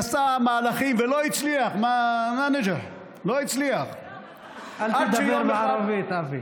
הוא עשה מהלכים ולא הצליח, אל תדבר בערבית, אבי.